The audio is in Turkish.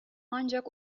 ancak